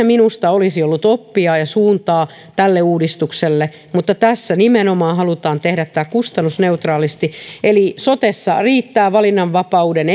minusta olisi ollut oppia ja suuntaa tälle uudistukselle mutta tässä nimenomaan halutaan tehdä tämä kustannusneutraalisti eli sotessa riittää valinnanvapauden